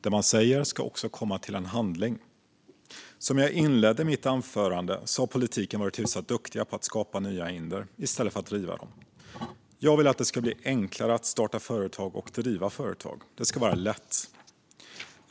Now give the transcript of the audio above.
Det man säger ska också leda till handling. Som jag inledde mitt anförande med har politiken varit hyfsat duktig på att skapa nya hinder i stället för att riva dem. Jag vill att det ska bli enklare att starta och driva företag. Det ska vara lätt.